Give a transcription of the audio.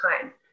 time